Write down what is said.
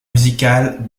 musicale